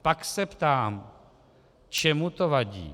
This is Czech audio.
Pak se ptám, čemu to vadí.